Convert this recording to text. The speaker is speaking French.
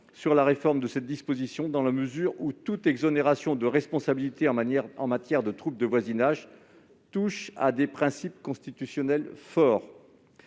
à la réforme de cette disposition, dans la mesure où toute exonération de responsabilité en matière de troubles de voisinage touche à des principes constitutionnels forts.